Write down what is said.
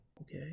Okay